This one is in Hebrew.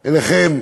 אליכם,